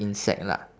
insect lah